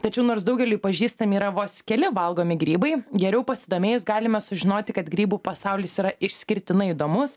tačiau nors daugeliui pažįstami yra vos keli valgomi grybai geriau pasidomėjus galime sužinoti kad grybų pasaulis yra išskirtinai įdomus